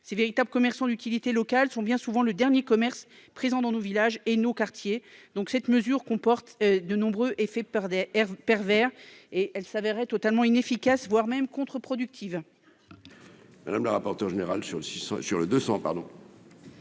Ces véritables commerçants d'utilité locale tiennent bien souvent le dernier commerce présent dans nos villages et nos quartiers. Cette mesure comporte de nombreux effets pervers et risque de se révéler totalement inefficace, voire contre-productive.